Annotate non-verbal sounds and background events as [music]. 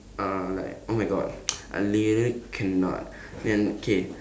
uh like oh my god [noise] I literally cannot then okay